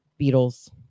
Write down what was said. Beatles